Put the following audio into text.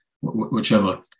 whichever